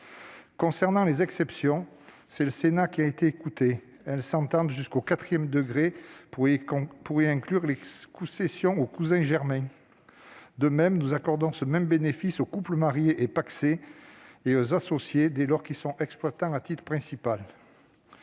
Concernant les exemptions, c'est le Sénat qui a été écouté. Elles s'étendent jusqu'au quatrième degré, pour y inclure les cessions aux cousins germains. De même, nous accordons ce bénéfice aux couples mariés et pacsés, ainsi qu'aux associés dès lors que ceux-ci sont exploitants à titre principal.